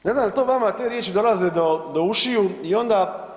Ne znam je li to vama te riječi dolaze do ušiju i onda…